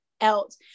else